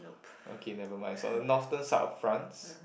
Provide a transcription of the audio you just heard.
okay never mind so on the northen side of France